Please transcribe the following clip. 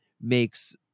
makes